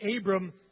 Abram